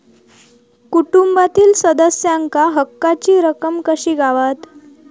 कुटुंबातील सदस्यांका हक्काची रक्कम कशी गावात?